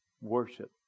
Worship